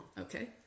Okay